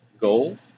goal